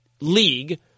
league